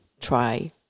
try